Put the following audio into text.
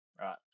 right